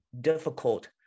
difficult